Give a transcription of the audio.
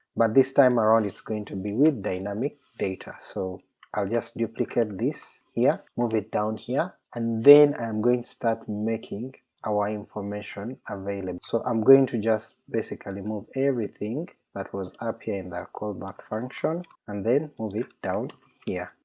but this time around it's going to be with dynamic data, so i'll just duplicate this here, move it down here and then i'm going to start making our information available. so i'm going to just basically move everything that was up here and call back function, and then move it down here.